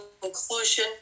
conclusion